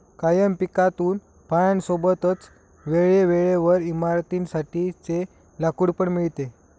कायम पिकातून फळां सोबतच वेळे वेळेवर इमारतीं साठी चे लाकूड पण मिळते